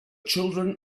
children